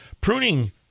pruning